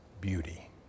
beauty